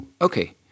Okay